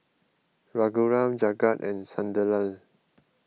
Raghuram Jagat and Sunderlal